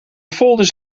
folders